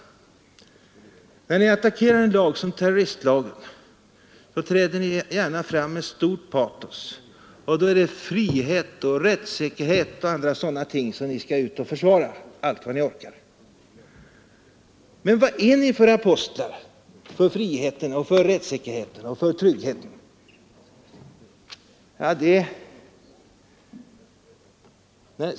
När ni attackerar en företeelse som terroristlagen träder ni gärna fram med stort patos och säger er försvara frihet, rättssäkerhet och andra sådana värden allt vad ni förmår. Men vad är ni för apostlar för friheten, för rättssäkerheten och för tryggheten?